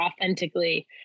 authentically